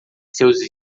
seus